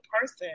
person